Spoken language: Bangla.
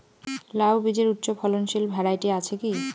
লাউ বীজের উচ্চ ফলনশীল ভ্যারাইটি আছে কী?